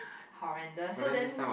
horrendous so then